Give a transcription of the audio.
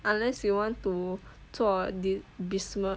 unless you want to 做 business